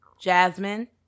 Jasmine